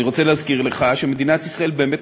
אני רוצה להזכיר לך שמדינת ישראל באמת